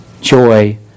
joy